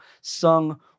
sung